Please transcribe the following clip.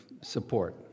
support